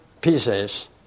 pieces